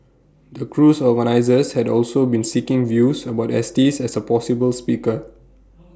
the cruise organisers had also been seeking views about Estes as A possible speaker